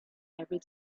every